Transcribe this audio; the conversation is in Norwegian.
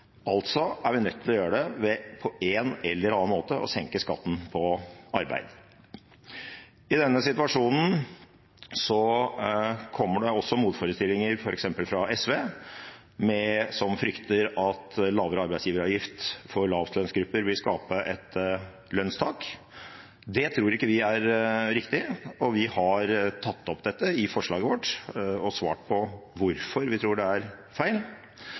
Altså er vi nødt til å gjøre det ved på en eller annen måte å senke skatten på arbeid. I denne situasjonen kommer det også motforestillinger fra f.eks. SV, som frykter at lavere arbeidsgiveravgift for lavlønnsgrupper vil skape et lønnstak. Det tror ikke vi er riktig, og vi har tatt opp dette i forslaget vårt og svart på hvorfor vi tror det er feil,